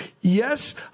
Yes